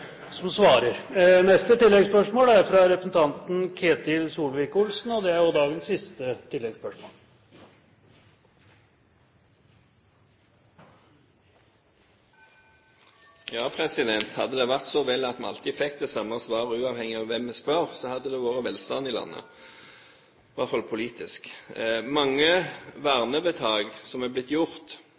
Ketil Solvik-Olsen – til oppfølgingsspørsmål. Hadde det vært så vel at vi alltid fikk det samme svaret uavhengig av hvem vi spør, hadde det vært velstand i landet – i hvert fall politisk. Mange vernevedtak som er blitt gjort,